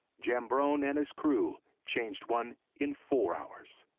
giambrone and his crew changed one in four hours.